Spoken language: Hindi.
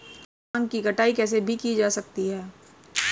भांग की कटाई कैसे की जा सकती है?